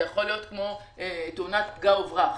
זה יכול להיות כמו תאונת פגע וברח.